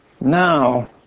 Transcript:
Now